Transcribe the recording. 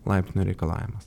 laipsnių reikalavimas